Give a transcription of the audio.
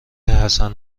حسن